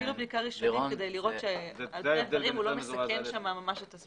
כאילו בדיקה ראשונית כדי לראות שעל פני הדברים הוא לא מסכן את הסביבה.